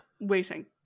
waiting